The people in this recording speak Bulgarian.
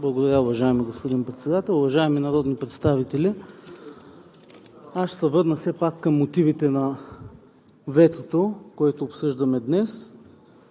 Благодаря, уважаеми господин Председател. Уважаеми народни представители! Аз ще се върна все пак към мотивите на ветото, което обсъждаме днес.